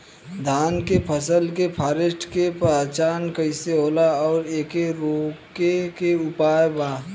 धान के फसल के फारेस्ट के पहचान कइसे होला और एके रोके के उपाय का बा?